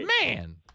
man